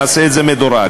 נעשה את זה מדורג.